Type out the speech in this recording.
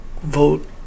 vote